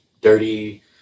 dirty